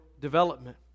development